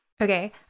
Okay